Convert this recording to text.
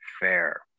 fair